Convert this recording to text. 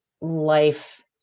life